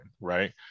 right